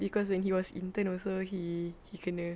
cause when he was intern also he he kena